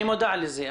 אני מודע לזה,